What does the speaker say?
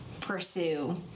pursue